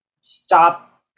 stop